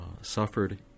suffered